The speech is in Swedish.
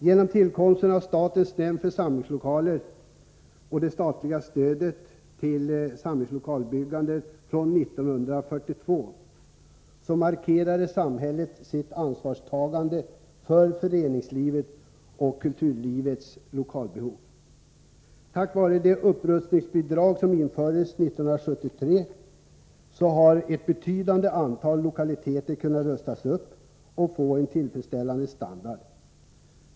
Genom tillkomsten av statens nämnd för samlingslokaler, och det statliga stödet till samlingslokalbyggandet 1942 markerade samhället sitt ansvarstagande för föreningslivet och kulturlivets lokalbehov. Tack vare det upprustningsbidrag som infördes 1973 har ett betydande antal lokaler kunnat rustas upp och få en tillfredsställande standard.